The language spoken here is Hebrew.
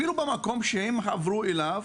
אפילו במקום שהם עברו אליו,